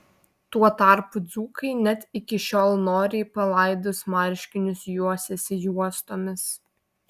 tuo tarpu dzūkai net iki šiol noriai palaidus marškinius juosiasi juostomis